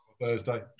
Thursday